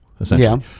essentially